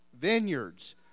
vineyards